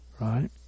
Right